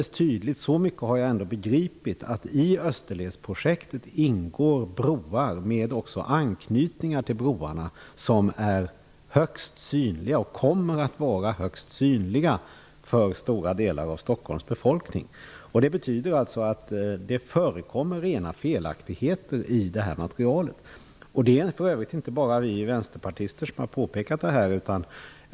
Så mycket har jag ändå begripit som att det i Österledsprojektet ingår broar och broanknytningar som kommer att vara högst synliga för stora delar av Stockholms befolkning. Det betyder alltså att det förekommer rena felaktigheter i materialet. Det är för övrigt inte bara vi i Vänsterpartiet som har påpekat detta.